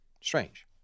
Strange